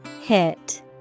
Hit